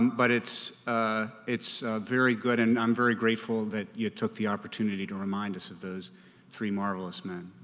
but it's ah it's very good and i'm very grateful that you took the opportunity to remind us of those three marvelous man.